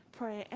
pray